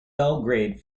belgrade